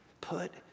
put